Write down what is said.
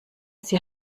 sie